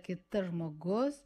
kitas žmogus